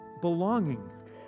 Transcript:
belonging